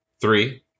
three